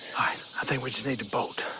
i think we just need to bolt.